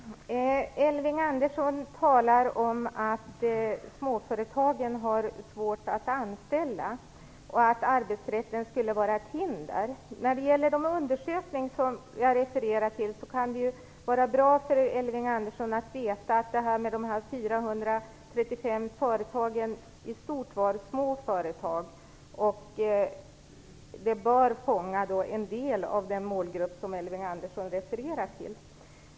Herr talman! Elving Andersson talar om att småföretagen har svårt att anställa och att arbetsrätten skulle vara ett hinder. När det gäller de undersökningar som jag refererade till kan det kanske vara bra för Elving Andersson att veta att de 435 företagen i stort sett var små företag. Det bör fånga en del av den målgrupp som Elving Andersson refererar till.